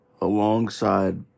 alongside